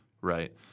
right